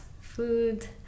Food